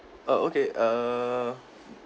oh okay err